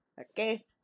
Okay